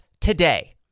today